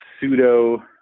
pseudo